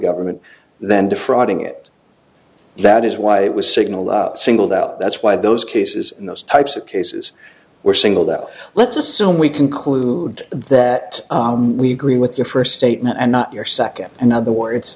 government than defrauding it and that is why it was signalled singled out that's why those cases in those types of cases were singled out let's assume we conclude that we agree with your first statement and not your second another w